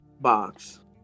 box